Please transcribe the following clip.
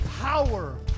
power